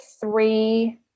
three